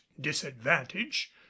disadvantage